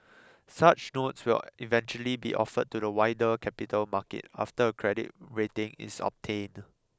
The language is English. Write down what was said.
such notes will eventually be offered to the wider capital market after a credit rating is obtained